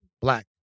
Black